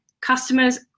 customers